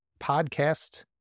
podcast